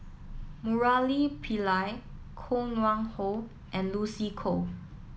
Murali Pillai Koh Nguang How and Lucy Koh